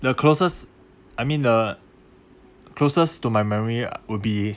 the closest I mean the closest to my memory would be